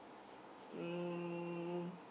um